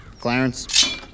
Clarence